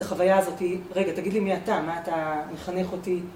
החוויה הזאת היא, רגע תגיד לי מי אתה, מה אתה, מחנך אותי?